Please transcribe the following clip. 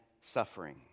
suffering